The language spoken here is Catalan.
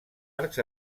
arcs